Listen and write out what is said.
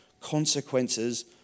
Consequences